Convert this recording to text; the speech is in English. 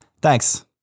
Thanks